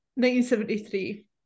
1973